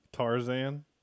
Tarzan